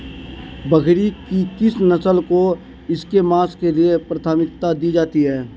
बकरी की किस नस्ल को इसके मांस के लिए प्राथमिकता दी जाती है?